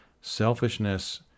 Selfishness